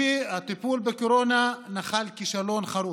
הטיפול בקורונה נחל כישלון חרוץ,